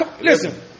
Listen